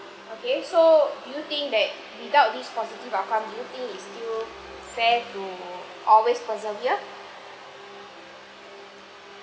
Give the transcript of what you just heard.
okay so do you think that without this positive outcome do you think it still fair to always persevere